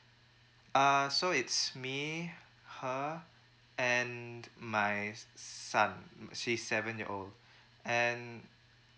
uh so it's me her and my son he's seven year old and